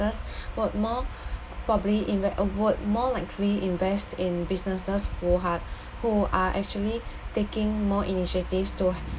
would more probably inve~ would more likely invest in businesses who ha~ who are actually taking more initiatives to h~